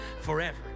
forever